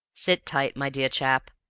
sit tight, my dear chap!